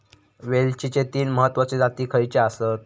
वेलचीचे तीन महत्वाचे जाती खयचे आसत?